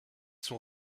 sont